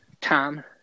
Tom